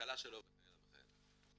להשכלה שלו וכהנה וכהנה.